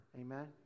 Amen